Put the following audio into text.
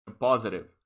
positive